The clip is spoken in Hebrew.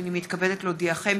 הינני מתכבדת להודיעכם,